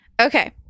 Okay